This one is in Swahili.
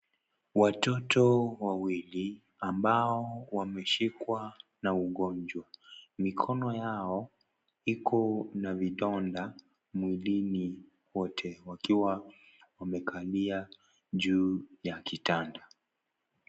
Watito wawili ambao wameshikwa na ugonjwa, mikono yao iko na vidonda mwilini kote wakiwa wamekalia juu ya kitanda.